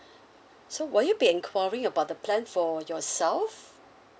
so will you be enquiring about the plan for yourself